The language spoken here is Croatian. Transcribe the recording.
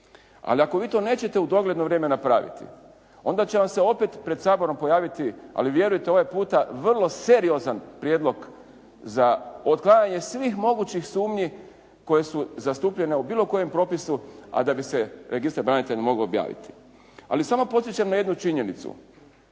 Ali ako vi to nećete u dogledno vrijeme napraviti, onda će vam se opet pred Saborom pojaviti, ali vjerujte ovaj puta vrlo seriozan prijedlog za otklanjanje svih mogućih sumnji koje su zastupljene u bilo kojem propisu, a da bi se registar branitelja mogao objaviti. Ali samo podsjećam na jednu činjenicu.